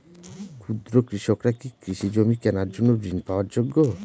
ক্ষুদ্র কৃষকরা কি কৃষি জমি কেনার জন্য ঋণ পাওয়ার যোগ্য?